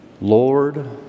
Lord